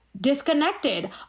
disconnected